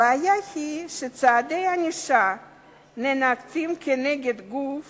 הבעיה היא שצעדי ענישה ננקטים נגד גוף